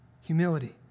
humility